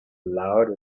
loud